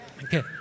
Okay